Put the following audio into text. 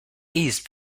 east